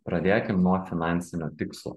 pradėkim nuo finansinio tikslo